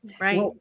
Right